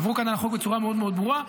עברו על החוק בצורה מאוד מאוד ברורה.